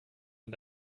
mit